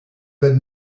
been